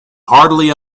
hardly